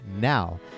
Now